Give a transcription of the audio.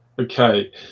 Okay